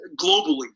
globally